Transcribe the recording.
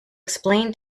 explain